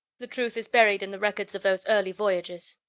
the truth is buried in the records of those early voyages.